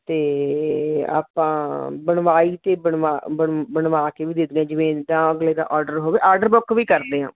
ਅਤੇ ਆਪਾਂ ਬਣਵਾਈ ਤੇ ਬਣਵਾਂ ਬਣ ਬਣਵਾਂ ਕੇ ਵੀ ਦੇ ਦਿੰਦੇ ਹਾਂ ਜਿਵੇਂ ਦਾ ਅਗਲੇ ਦਾ ਆਡਰ ਹੋਵੇ ਆਡਰ ਬੁੱਕ ਵੀ ਕਰਦੇ ਹਾਂ